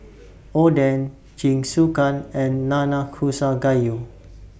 Oden Jingisukan and Nanakusa Gayu